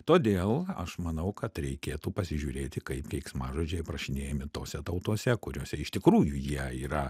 todėl aš manau kad reikėtų pasižiūrėti kaip keiksmažodžiai aprašinėjami tose tautose kuriose iš tikrųjų jie yra